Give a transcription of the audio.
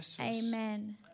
Amen